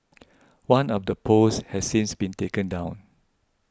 one of the posts has since been taken down